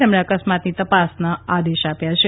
તેમણે અકસ્માતની તપાસના આદેશ આપ્યા છે